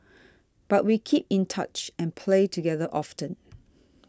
but we kept in touch and played together often